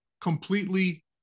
completely